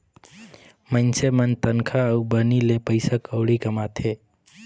मइनसे मन तनखा अउ बनी ले पइसा कउड़ी कमाथें